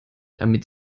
damit